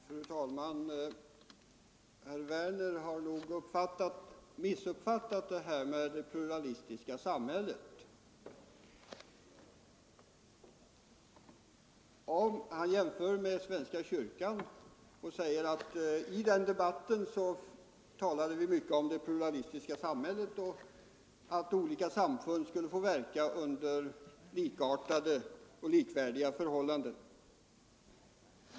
Fru talman! Herr Werner har nog missuppfattat detta med det pluralistiska samhället. Han jämför med svenska kyrkan och säger att vi i den debatten talade mycket om det pluralistiska samhället och att olika samfund skulle få verka under likartade och likvärdiga förhållanden.